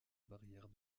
barrière